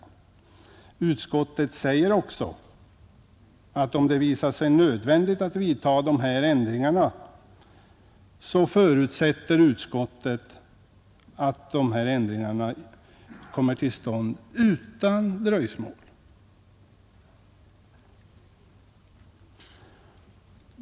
Utskottet säger också att om det visar sig nödvändigt att vidta vissa jämkningar, så förutsätter utskottet att de kommer till stånd utan dröjsmål.